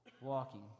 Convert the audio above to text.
walking